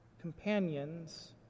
companions